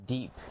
Deep